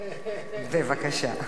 בבקשה.